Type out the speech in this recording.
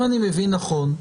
אם אני מבין נכון,